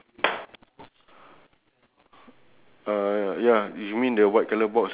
oh but is there any bowling pill b~ bowling pin